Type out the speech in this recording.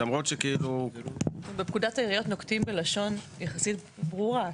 למרות --- בפקודת העיריות נוקטים בלשון יחסית ברורה.